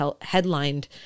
headlined